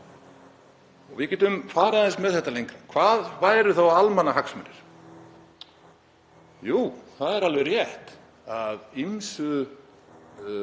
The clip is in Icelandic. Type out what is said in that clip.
Við getum farið aðeins með þetta lengra. Hvað væru þá almannahagsmunir? Jú, það er alveg rétt að ýmissi